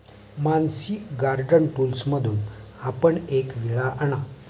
Mansi garden टूल्समधून आपण एक विळा आणा